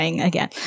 again